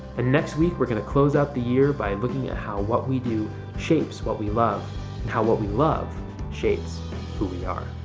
and next week, we're going to close out the year by looking at how what we do shapes what we love, and how what we love shapes who we are.